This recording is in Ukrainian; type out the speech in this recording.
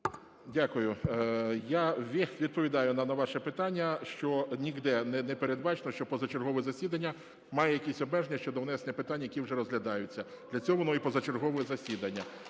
Дякую. Я відповідаю на ваше питання, що ніде не передбачено, що позачергове засідання має якісь обмеження щодо внесення питань, які вже розглядаються. Для цього воно і позачергове засідання.